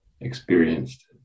experienced